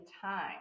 time